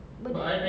bedok